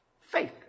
Faith